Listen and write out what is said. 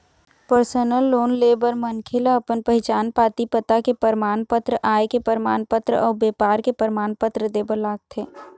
personal loan ले बर मनखे ल अपन पहिचान पाती, पता के परमान पत्र, आय के परमान पत्र अउ बेपार के परमान पत्र दे बर लागथे